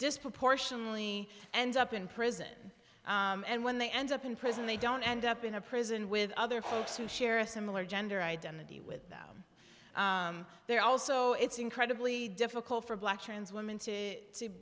disproportionately end up in prison and when they end up in prison they don't end up in a prison with other folks who share a similar gender identity with them there also it's incredibly difficult for black trans women to to